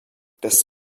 das